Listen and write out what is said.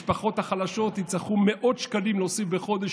המשפחות החלשות יצטרכו להוסיף מאות שקלים בחודש,